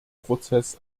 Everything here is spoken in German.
prozess